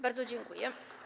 Bardzo dziękuję.